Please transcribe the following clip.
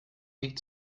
weg